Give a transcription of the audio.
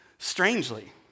strangely